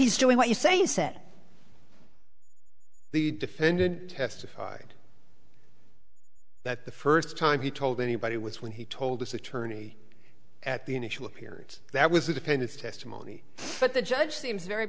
he's doing what you say you said the defendant testified that the first time he told anybody was when he told us attorney at the initial appearance that was a pain is testimony but the judge seems very